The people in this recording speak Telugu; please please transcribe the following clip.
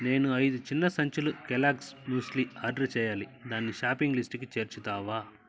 నేను ఐదు చిన్న సంచులు కెలాగ్స్ మ్యూస్లీ ఆర్డర్ చెయ్యాలి దాన్ని షాపింగ్ లిస్టుకి చేర్చుతావా